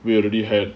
we already had